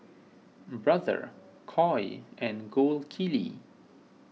Brother Koi and Gold Kili